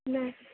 न